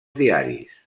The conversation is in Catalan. diaris